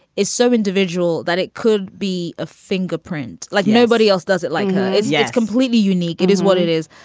it's so individual that it could be a fingerprint, like nobody else does it. like, it's yeah it's completely unique. it is what it is.